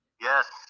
yes